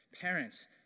Parents